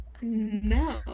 no